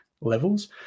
levels